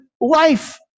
life